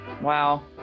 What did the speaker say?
Wow